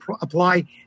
apply